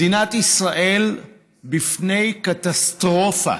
מדינת ישראל בפני קטסטרופה,